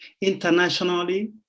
internationally